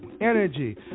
energy